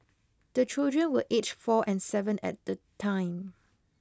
the children were aged four and seven at the time